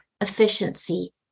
efficiency